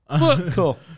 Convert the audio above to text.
Cool